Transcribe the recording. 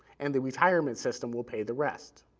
and the retirement system will pay the rest.